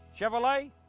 Chevrolet